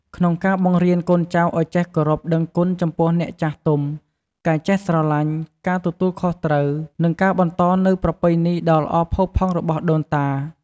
ក្នុងការបង្រៀនកូនចៅឲ្យចេះគោរពដឹងគុណចំពោះអ្នកចាស់ទុំ ការចេះស្រឡាញ់ ការទទួលខុសត្រូវ និងការបន្តនូវប្រពៃណីដ៏ល្អផូរផង់របស់ដូនតា។